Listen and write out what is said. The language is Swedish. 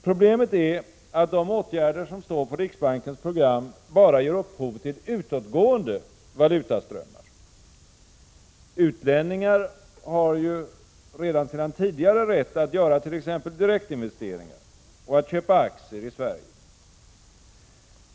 Problemet är att de åtgärder som står på riksbankens program bara ger upphov till utåtgående valutaströmmar. Utlänningar har ju redan sedan tidigare rätt att t.ex. göra direktinvesteringar och köpa aktier i Sverige.